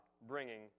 bringing